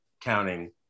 counting